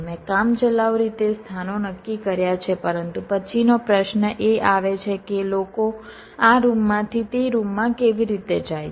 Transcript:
મેં કામચલાઉ રીતે સ્થાનો નક્કી કર્યા છે પરંતુ પછીનો પ્રશ્ન એ આવે છે કે લોકો આ રૂમમાંથી તે રૂમમાં કેવી રીતે જાય છે